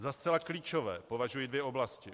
Za zcela klíčové považuji dvě oblasti.